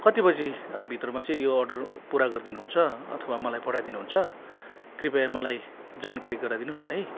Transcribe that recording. कति बजी भित्रमा यो अर्डर पुरा गरिदिनु हुन्छ अथवा मलाई पठाइ दिनुहुन्छ कृपया मलाई जानकारी गराइ दिनुहोस् न है